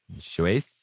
Choice